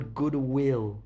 goodwill